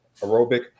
aerobic